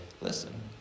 listen